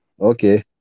Okay